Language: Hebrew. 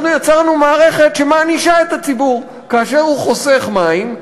אנחנו יצרנו מערכת שמענישה את הציבור כאשר הוא חוסך מים.